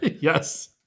Yes